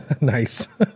Nice